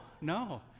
no